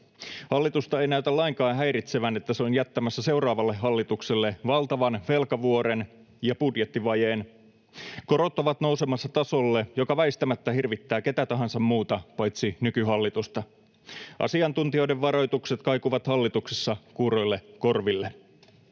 Hallitusta ei näytä lainkaan häiritsevän, että se on jättämässä seuraavalle hallitukselle valtavan velkavuoren ja budjettivajeen. Korot ovat nousemassa tasolle, joka väistämättä hirvittää ketä tahansa muuta paitsi nykyhallitusta. Asiantuntijoiden varoitukset kaikuvat hallituksessa kuuroille korville.